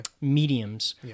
mediums